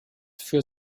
für